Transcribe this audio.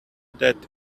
that